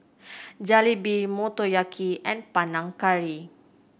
Jalebi Motoyaki and Panang Curry